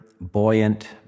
buoyant